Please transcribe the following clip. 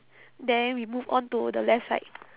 then we move on to the left side